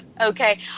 Okay